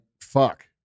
fuck